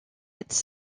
its